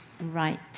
Right